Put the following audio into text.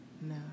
No